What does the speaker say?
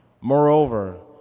Moreover